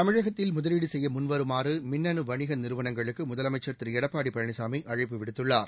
தமிழகத்தில் முதலீடு செய்ய முன் வருமாறு மின்னனு வணிக நிறுவனங்களுக்கு முதலமைச்சர் திரு எடப்பாடி பழனிசாமி அழைப்பு விடுத்துள்ளார்